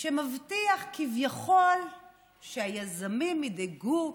שמבטיח כביכול שהיזמים ידאגו